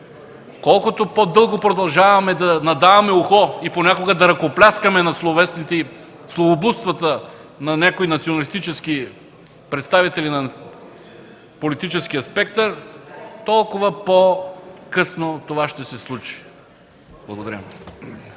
Колкото по-дълго продължаваме да надаваме ухо и понякога да ръкопляскаме на словесните словоблудства на някои националистически представители на политическия спектър, толкова по-късно това ще се случи. Благодаря.